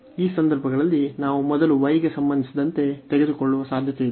ಈ ಸಂದರ್ಭಗಳಲ್ಲಿ ನಾವು ಮೊದಲು y ಗೆ ಸಂಬಂಧಿಸಿದಂತೆ ತೆಗೆದುಕೊಳ್ಳುವ ಸಾಧ್ಯತೆಯಿದೆ